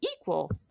equal